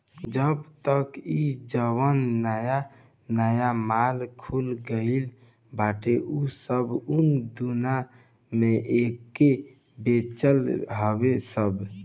अब तअ इ जवन नया नया माल खुल गईल बाटे उ सब उना दूना में एके बेचत हवे सब